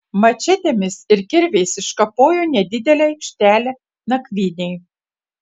mačetėmis ir kirviais iškapojo nedidelę aikštelę nakvynei